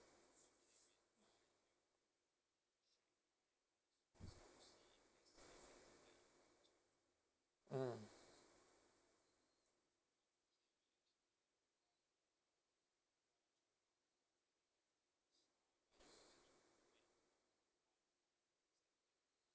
mm